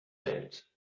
welt